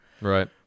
Right